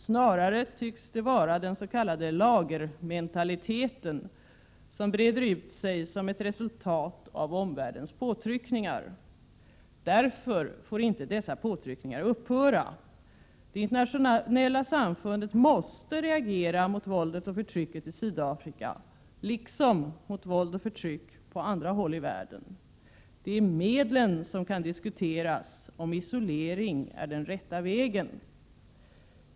Snarare tycks det vara den s.k. Laagermentaliteten som breder ut sig som ett resultat av omvärldens påtryckningar. Därför får inte dessa påtryckningar upphöra. Det internationella samfundet måste reagera mot våldet och förtrycket i Sydafrika, liksom mot våld och förtryck på andra håll i världen. Det är medlen som kan diskuteras, om isolering är den rätta vägen.